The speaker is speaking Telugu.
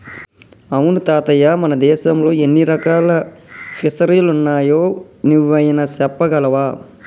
అవును తాతయ్య మన దేశంలో ఎన్ని రకాల ఫిసరీలున్నాయో నువ్వైనా సెప్పగలవా